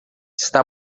está